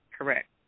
Correct